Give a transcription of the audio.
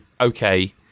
okay